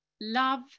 love